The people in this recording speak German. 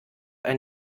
ein